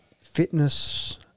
fitness